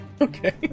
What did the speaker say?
okay